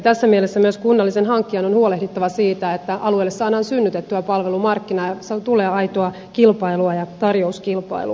tässä mielessä myös kunnallisen hankkijan on huolehdittava siitä että alueelle saadaan synnytettyä palvelumarkkina jolloin tulee aitoa kilpailua ja tarjouskilpailua